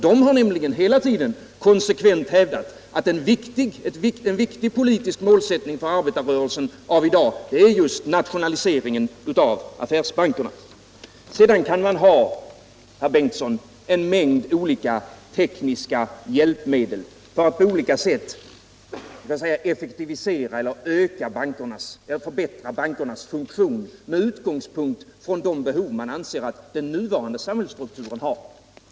De har nämligen hela tiden konsekvent hävdat att en viktig politisk målsättning för arbetarrörelsen av i dag just är nationaliseringen av affärsbankerna. Man kan sedan, herr Bengtsson i Landskrona, ha en mängd tekniska hjälpmedel för att på olika sätt effektivisera eller förbättra bankernas funktion med utgångspunkt från de behov man anser att den nuvarande samhällsstrukturen har.